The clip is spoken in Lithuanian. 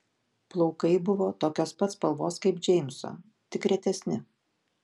plaukai buvo tokios pat spalvos kaip džeimso tik retesni